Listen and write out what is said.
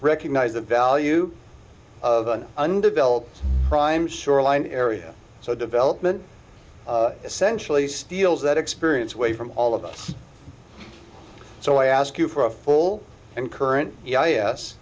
recognize the value of an undeveloped prime shoreline area so development essentially steals that experience way from all of them so i ask you for a full and current